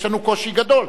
יש לנו קושי גדול.